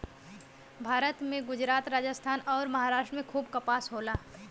भारत में गुजरात, राजस्थान अउर, महाराष्ट्र में खूब कपास होला